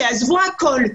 שעזבו הכול,